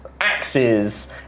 axes